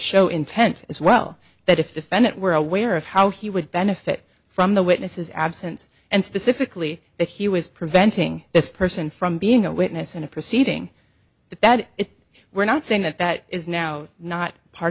show intent as well that if defendant were aware of how he would benefit from the witnesses absence and specifically that he was preventing this person from being a witness in a proceeding that bad we're not saying that that is now not part